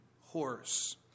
horse